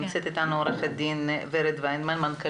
עו"ד ורד וינדמן.